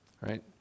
right